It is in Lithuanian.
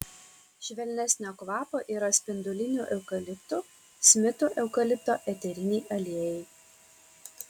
švelnesnio kvapo yra spindulinių eukaliptų smito eukalipto eteriniai aliejai